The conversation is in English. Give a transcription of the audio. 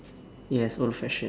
yes old fashion